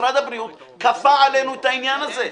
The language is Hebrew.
משרד הבריאות כפה עלינו את העניין הזה.